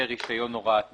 ו"רשיון הוראת דרך".